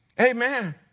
Amen